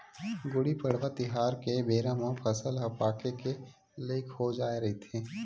गुड़ी पड़वा तिहार के बेरा म फसल ह पाके के लइक हो जाए रहिथे